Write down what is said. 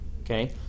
Okay